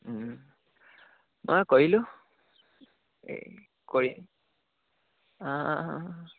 মই কৰিলোঁ এই কৰি অঁ অঁ